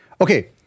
Okay